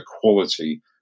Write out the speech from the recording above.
quality